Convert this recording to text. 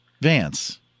Vance